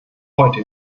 heute